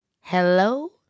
Hello